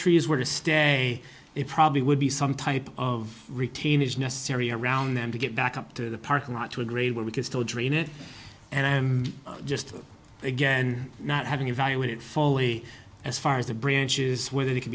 trees were to stay it probably would be some type of routine is necessary around them to get back up to the parking lot to a grade where we can still drain it and i am just again not having evaluated fully as far as the branches whether they can